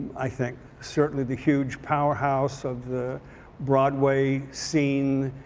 i think certainly the huge powerhouse of the broadway scene,